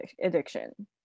addiction